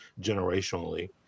generationally